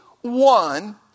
one